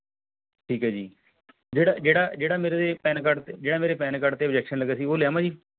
ਠੀਕ ਹੈ ਜੀ ਜਿਹੜਾ ਜਿਹੜਾ ਜਿਹੜਾ ਮੇਰੇ ਪੈਨ ਕਾਰਡ 'ਤੇ ਜਿਹੜਾ ਮੇਰੇ ਪੈਨ ਕਾਰਡ 'ਤੇ ਉਬਜੈਕਸ਼ਨ ਲੱਗਿਆ ਸੀ ਉਹ ਲਿਆਵਾਂ ਜੀ